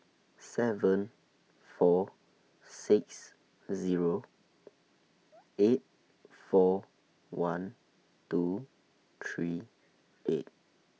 seven four six Zero eight four one two three eight